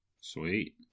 Sweet